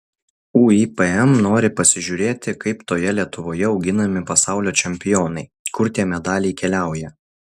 uipm nori pasižiūrėti kaip toje lietuvoje auginami pasaulio čempionai kur tie medaliai keliauja